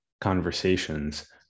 conversations